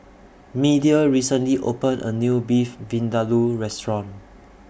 Media recently opened A New Beef Vindaloo Restaurant